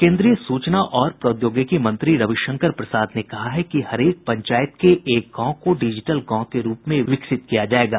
केन्द्रीय सूचना और प्रौद्योगिकी मंत्री रविशंकर प्रसाद ने कहा है कि हरेक पंचायत के एक गांव को डिजिटल गांव के रूप में विकसित किया जायेगा